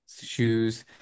shoes